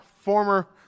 former